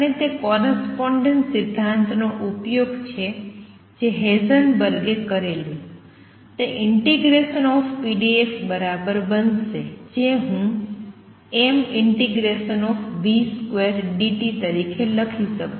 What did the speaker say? અને તે કોરસ્પોંડેન્સ સિદ્ધાંતનો ઉપયોગ છે જે હેઇસેનબર્ગ એ કરેલું તે ∫pdx બરાબર બનશે જે હું m∫v2dt તરીકે લખી શકું